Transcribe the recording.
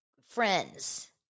friends